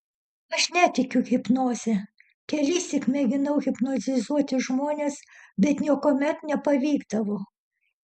aš netikiu hipnoze kelissyk mėginau hipnotizuoti žmones bet niekuomet nepavykdavo